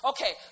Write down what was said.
Okay